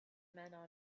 men